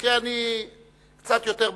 במקרה אני קצת יותר במדוכה,